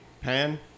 Pan